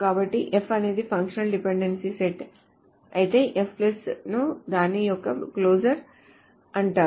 కాబట్టి F అనేది functional డిపెండెన్సీల సెట్ అయితే F ను దాని యొక్క క్లోజర్ అంటారు